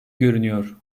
görünüyor